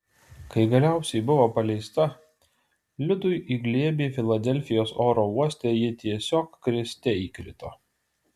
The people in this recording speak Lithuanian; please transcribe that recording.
kai galiausiai buvo paleista liudui į glėbį filadelfijos oro uoste ji tiesiog kriste įkrito